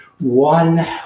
One